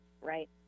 Right